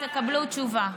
תקבלו תשובה.